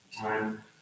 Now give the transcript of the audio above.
time